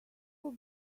were